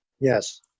Yes